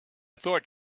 thought